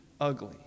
ugly